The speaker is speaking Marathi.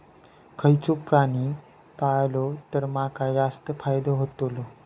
खयचो प्राणी पाळलो तर माका जास्त फायदो होतोलो?